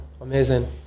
amazing